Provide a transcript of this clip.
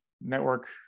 network